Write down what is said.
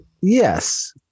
Yes